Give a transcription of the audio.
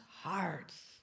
hearts